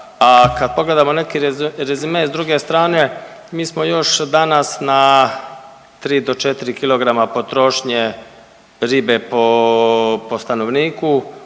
a kad pogledamo neki rezime s druge strane mi smo još danas na 3 do 4 kilograma potrošnje ribe po, po stanovniku,